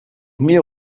mir